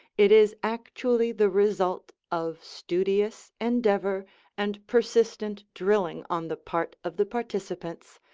it is actually the result of studious endeavor and persistent drilling on the part of the participants,